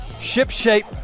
ship-shape